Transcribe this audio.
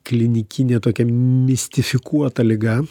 klinikinė tokia mistifikuota liga